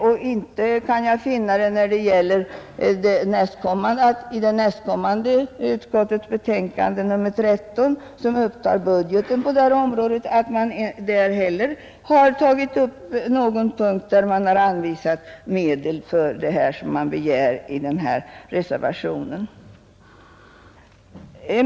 Inte heller kan jag finna att man i utskottets nästa betänkande, nr 13, som upptar budgeten på detta område, på någon punkt har anvisat medel för det som man begär i denna reservation.